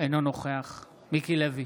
אינו נוכח מיקי לוי,